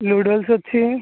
noodles ଅଛି